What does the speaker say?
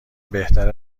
بهتره